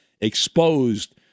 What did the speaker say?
exposed